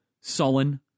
sullen